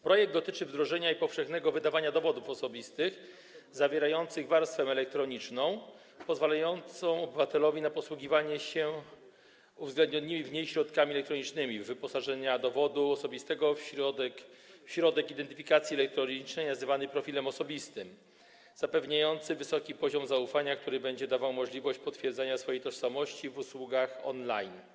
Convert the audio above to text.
Projekt dotyczy wdrożenia i powszechnego wydawania dowodów osobistych zawierających warstwę elektroniczną pozwalającą obywatelowi na posługiwanie się uwzględnionymi w niej środkami elektronicznymi, a także wyposażenia dowodu osobistego w środek identyfikacji elektronicznej nazywany profilem osobistym zapewniający wysoki poziom zaufania, który będzie dawał możliwość potwierdzenia swojej tożsamości w usługach on-line.